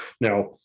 now